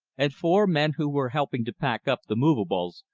and four men who were helping to pack up the movables,